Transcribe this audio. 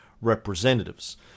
representatives